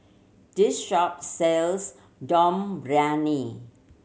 this shop sells Dum Briyani